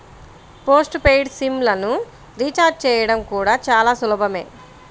post paid sim లను recharge చేయడం కూడా చాలా సులభమే